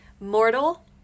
Mortal